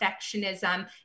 perfectionism